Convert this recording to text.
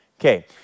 Okay